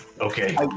Okay